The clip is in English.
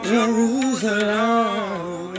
Jerusalem